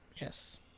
Yes